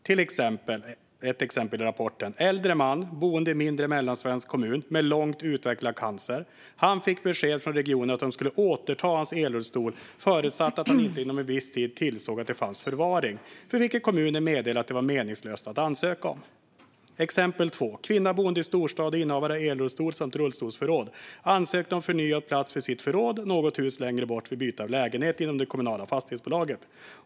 Ett exempel i rapporten gäller en äldre man, boende i en mindre mellansvensk kommun, med långt utvecklad cancer. Han fick besked från regionen om att hans elrullstol skulle återtas förutsatt att han inte inom en viss tid tillsåg att det fanns förvaring, vilket kommunen meddelade att det var meningslöst att ansöka om. Ett annat exempel gäller en kvinna som bodde i en storstad och var innehavare av en elrullstol samt ett rullstolsförråd. Hon ansökte om förnyad plats för sitt förråd något hus längre bort vid byte av lägenhet inom det kommunala fastighetsbolaget.